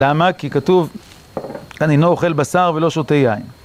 למה? כי כתוב, אני לא אוכל בשר ולא שותה יין.